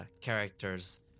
characters